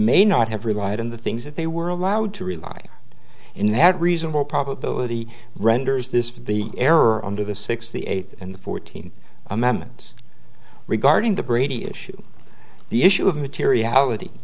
may not have relied on the things that they were allowed to rely in that reasonable probability renders this the error under the sixth the eighth and the fourteenth amendment regarding the brady issue the issue of materiality